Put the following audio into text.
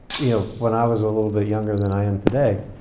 you know, when i was a little bit younger than i am today